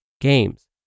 games